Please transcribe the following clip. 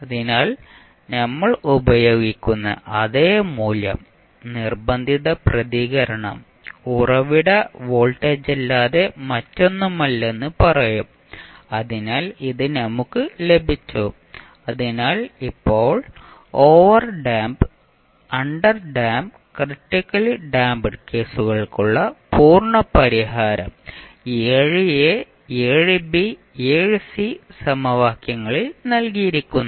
അതിനാൽ നമ്മൾ ഉപയോഗിക്കുന്ന അതേ മൂല്യം നിർബന്ധിത പ്രതികരണം ഉറവിട വോൾട്ടേജല്ലാതെ മറ്റൊന്നുമല്ലെന്ന് പറയും അതിനാൽ ഇത് നമുക്ക് ലഭിച്ചു അതിനാൽ ഇപ്പോൾ ഓവർഡാമ്പ് അണ്ടർഡാമ്പ് ക്രിട്ടിക്കൽ ഡാംപ്ഡ് കേസുകൾക്കുള്ള പൂർണ്ണ പരിഹാരം 7 എ 7 ബി 7 സി സമവാക്യങ്ങളിൽ നൽകിയിരിക്കുന്നു